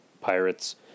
pirates